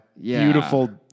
beautiful